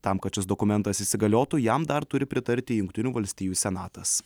tam kad šis dokumentas įsigaliotų jam dar turi pritarti jungtinių valstijų senatas